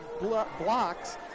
blocks